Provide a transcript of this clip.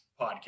Podcast